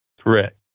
Correct